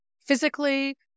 physically